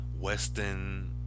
western